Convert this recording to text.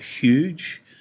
huge